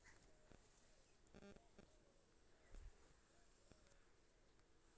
सामाजिक उद्यमिता मे उद्यमी के उद्देश्य फायदा कमाबै के बदला समाज सेवा होइ छै